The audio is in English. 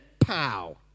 pow